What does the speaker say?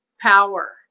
power